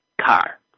car